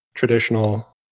Traditional